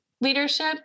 leadership